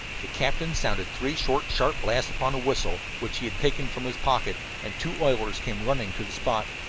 the captain sounded three short, sharp blasts upon a whistle which he had taken from his pocket, and two oilers came running to the spot.